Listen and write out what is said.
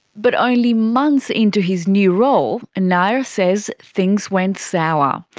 but only months into his new role, and nair says things went sour.